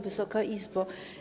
Wysoka Izbo!